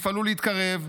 תפעלו להתקרב,